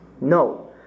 no